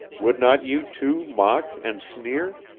would not you too mock and sneer?